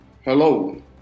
Hello